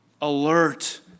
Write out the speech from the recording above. alert